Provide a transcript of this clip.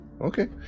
Okay